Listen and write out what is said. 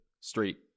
straight